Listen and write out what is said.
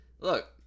look